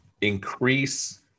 increase